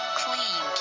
clean